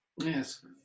yes